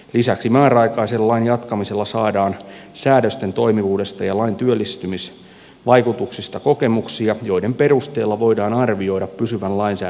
lisäksi määräaikaisen lain jatkamisella saadaan säädösten toimivuudesta ja lain työllistymisvaikutuksista kokemuksia joiden perusteella voidaan arvioida pysyvän lainsäädännön sisältöä